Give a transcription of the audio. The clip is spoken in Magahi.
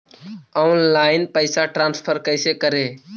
ऑनलाइन पैसा ट्रांसफर कैसे करे?